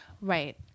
Right